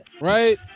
Right